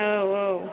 औ औ